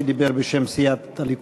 שדיבר בשם סיעת הליכוד,